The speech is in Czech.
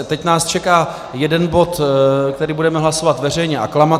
Teď nás čeká jeden bod, který budeme hlasovat veřejně aklamací.